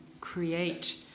create